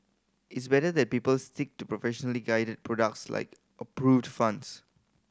it's better that people stick to professionally guided products like approved funds